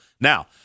Now